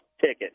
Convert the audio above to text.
ticket